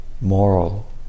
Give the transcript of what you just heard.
moral